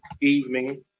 evening